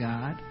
God